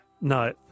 No